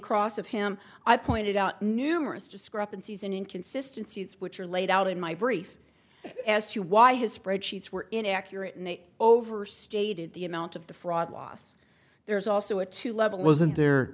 cross of him i pointed out numerous discrepancies in inconsistency which are laid out in my brief as to why his spreadsheets were inaccurate and overstated the amount of the fraud loss there's also a two level wasn't there